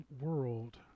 world